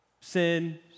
Sin